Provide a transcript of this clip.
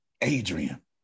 Adrian